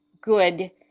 good